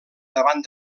davant